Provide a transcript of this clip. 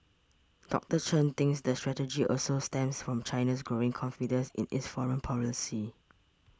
Doctor Chen thinks the strategy also stems from China's growing confidence in its foreign policy